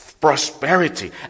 prosperity